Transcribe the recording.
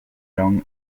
rang